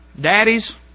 daddies